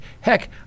Heck